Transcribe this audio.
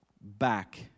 back